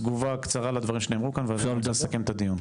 תגובה קצרה לדברים שנאמרו כן ואז אני מסכם את הדיון.